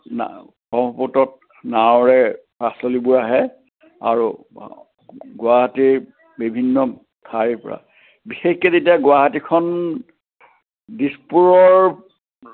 না ব্ৰহ্মপুত্ৰতত নাঁওৱেৰে পাচলিবোৰ আহে আৰু গুৱাহাটীৰ বিভিন্ন ঠাইৰ পৰা বিশেষকৈ তেতিয়া গুৱাহাটীখন দিছপুৰৰ